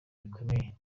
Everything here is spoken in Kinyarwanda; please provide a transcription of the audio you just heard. bikomeye